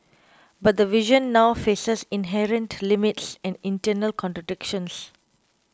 but the vision now faces inherent limits and internal contradictions